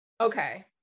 Okay